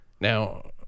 Now